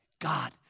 God